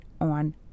on